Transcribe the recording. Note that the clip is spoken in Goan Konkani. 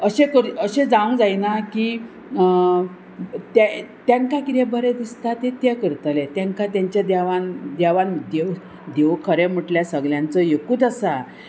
अशें कर अशें जावंक जायना की ते तांकां कितें बरें दिसता तें ते करतलें तांकां तेंच्या देवान देवान देव देव खरें म्हटल्यार सगल्यांचो एकूच आसा